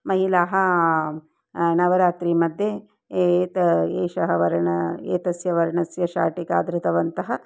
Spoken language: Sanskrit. महिलाः नवरात्रिमध्ये ए एतत् एषः वर्ण एतस्य वर्णस्य शाटिकां धृतवन्तः